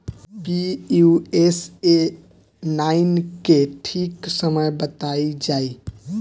Pusa nine के ठीक समय बताई जाई?